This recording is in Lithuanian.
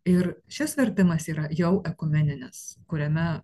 ir šis vertimas yra jau ekumeninės kuriame